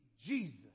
Jesus